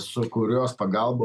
su kurios pagalba